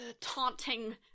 taunting